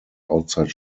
outside